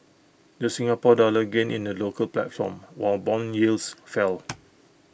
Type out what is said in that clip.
the Singapore dollar gained in the local platform while Bond yields fell